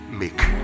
make